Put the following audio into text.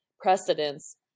precedence